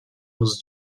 nos